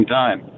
time